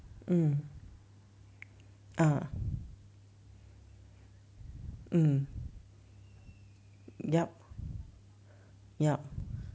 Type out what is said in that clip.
mm mm mm yup yup